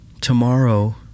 tomorrow